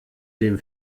dem